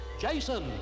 Jason